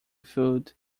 food